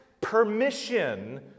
permission